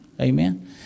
Amen